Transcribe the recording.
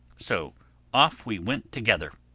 so off we went together.